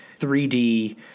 3D